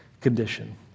condition